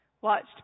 watched